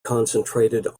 concentrated